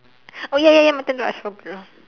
oh ya ya ya my turn to ask